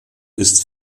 ist